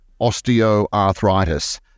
osteoarthritis